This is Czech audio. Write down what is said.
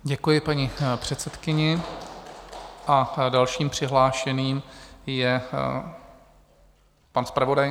Děkuji paní předsedkyni a další přihlášený je pan zpravodaj.